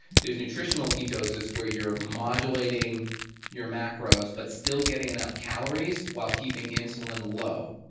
there's nutritional ketosis where you're modulating your macros but still getting enough calories while keeping insulin low,